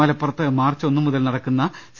മലപ്പുറത്ത് മാർച്ച് ഒന്ന് മുതൽ നടക്കുന്ന സി